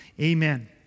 amen